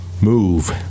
move